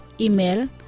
Email